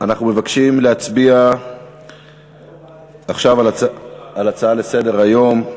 אנחנו מבקשים להצביע על ההצעה לסדר-היום: